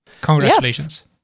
Congratulations